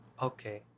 Okay